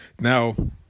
now